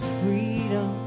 freedom